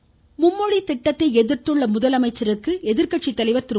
ஸ்டாலின் மும்மொழி திட்டத்தை எதிர்த்துள்ள முதலமைச்சருக்கு எதிர்கட்சித்தலைவர் திரு